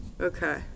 Okay